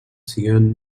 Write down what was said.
siguen